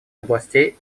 областей